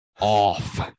off